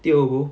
tio bo